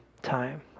time